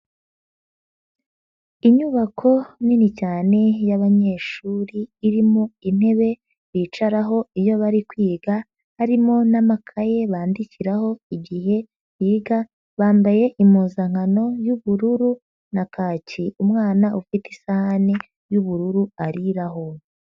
Inyubako nini cyane y'abanyeshuri irimo intebe bicaraho iyo bari kwiga harimo n'amakaye bandikiraho igihe biga, bambaye impuzankano y'ubururu na kaki, umwana ufite isahani y'ubururu ariraraho.